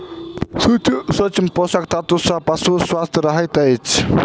सूक्ष्म पोषक तत्व सॅ पशु स्वस्थ रहैत अछि